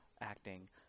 acting